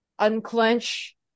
Unclench